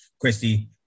Christy